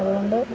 അതുകൊണ്ട്